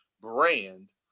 brand